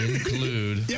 Include